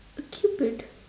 a cupid